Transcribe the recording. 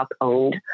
owned